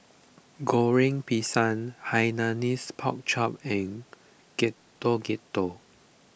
Goreng Pisang Hainanese Pork Chop and Getuk Getuk